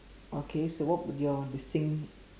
okay so what would your distinct